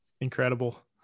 incredible